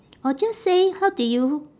or just say how did you